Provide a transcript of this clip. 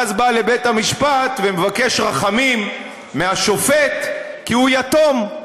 בא לבית המשפט ומבקש רחמים מהשופט, כי הוא יתום.